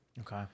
Okay